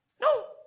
No